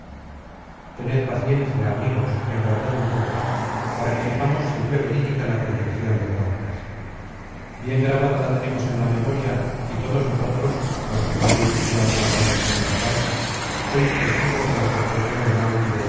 tened paciencia amigos y aguardad un poco más para que sepamos si fué verídica la predicción de calcas bien grabada la tenemos en la memoria y todos vosotros los que no habéis sido arrebatados por las parcas sois testigos délo que ocurrió en